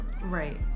Right